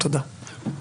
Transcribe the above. תודה.